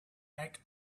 act